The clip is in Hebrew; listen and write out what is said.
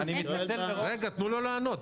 רגע, תנו לו לענות.